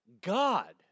God